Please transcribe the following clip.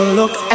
look